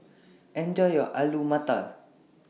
Enjoy your Alu Matar